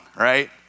right